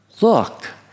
look